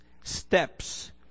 steps